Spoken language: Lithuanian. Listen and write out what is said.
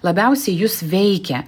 labiausiai jus veikia